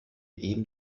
eben